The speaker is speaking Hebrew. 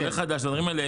עולה חדש ודברים כאלה,